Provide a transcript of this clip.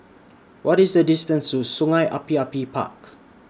What IS The distance to Sungei Api Api Park